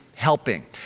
helping